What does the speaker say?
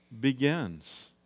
begins